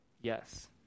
yes